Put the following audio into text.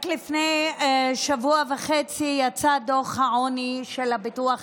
רק לפני שבוע וחצי יצא דוח העוני של הביטוח הלאומי,